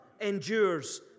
endures